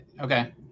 okay